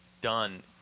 done